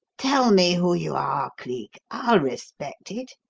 tell me who you are, cleek i'll respect it.